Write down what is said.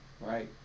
right